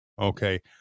okay